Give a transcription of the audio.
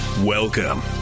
Welcome